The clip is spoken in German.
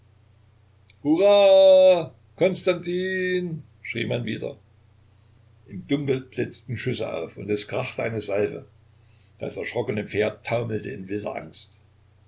konstantin schrie man wieder im dunkel blitzten schüsse auf und es krachte eine salve das erschrockene pferd taumelte in wilder angst